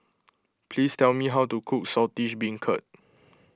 please tell me how to cook Saltish Beancurd